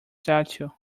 statue